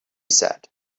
said